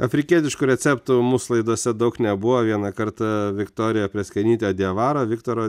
afrikietiškų receptų mūsų laidose daug nebuvo vieną kartą viktorija prėskienytė diavaro viktoro